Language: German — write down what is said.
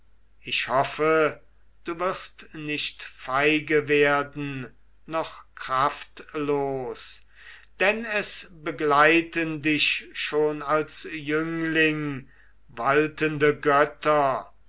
ich hoffe du wirst nicht feige werden noch kraftlos denn es begleiten dich schon als jüngling waltende götter